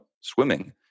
swimming